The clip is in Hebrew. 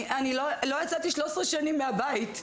אני לא יצאתי 13 שנים מהבית.